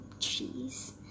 cheese